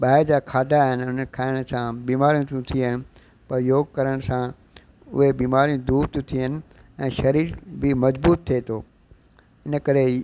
ॿाहिरि जा खाधा आहिनि उन खाइण सां बीमारियूं थियूं थियनि पर योग करण सां उहे बीमारियूं दूरि थियूं थियनि ऐं शरीर बि मजबूतु थिए थो इन करे ई